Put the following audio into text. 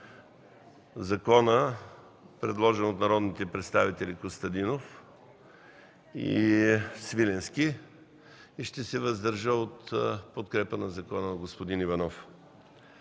закона, предложен от народните представители Костадинов и Свиленски, и ще се въздържа от подкрепа на закона от господин Иванов.